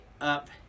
up